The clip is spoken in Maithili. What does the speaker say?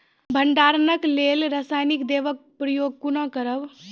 भंडारणक लेल रासायनिक दवेक प्रयोग कुना करव?